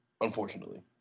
unfortunately